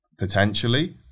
Potentially